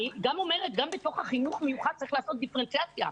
גם בתוך החינוך המיוחד צריך לעשות דיפרנציאציה.